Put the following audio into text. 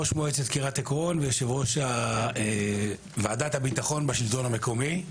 ראש מועצת קריית עקרון ויושב-ראש ועדת הביטחון בשלטון המקומי.